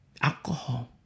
alcohol